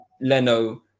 leno